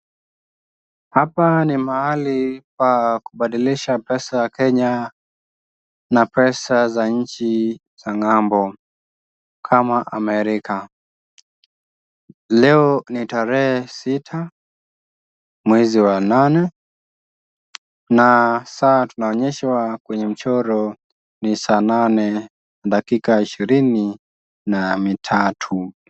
Hapa ni mahali pa kupadilisha pesa ya kenya na pesa za inji ya ngambo kama Amerika, leo ni tarehe sita mwezi nane na saa tunaonyesha kwenye mchoronni saa nane dakika ishirini na mitatu